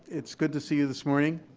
it's good to see you this morning.